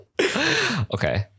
Okay